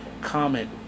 comment